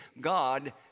God